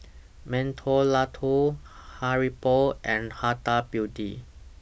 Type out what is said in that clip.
Mentholatum Haribo and Huda Beauty